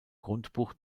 grundbuch